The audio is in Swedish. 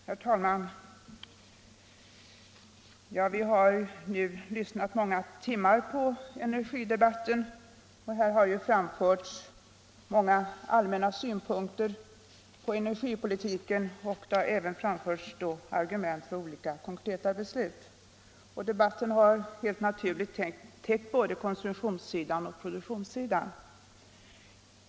Herr talman! Vi har nu lyssnat i många timmar på energidebatten och här har framförts många allmänna synpunkter på energipolitiken och det har även framförts argument för olika konkreta beslut. Debatten har helt naturligt täckt både konsumtionsoch produktionssidan.